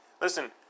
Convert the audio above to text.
listen